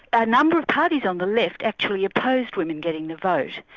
a number of parties on the left actually opposed women getting the vote,